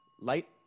light